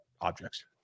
objects